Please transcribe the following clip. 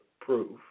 proof